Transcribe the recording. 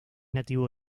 nativo